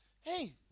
Hey